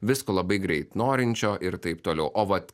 visko labai greit norinčio ir taip toliau o vat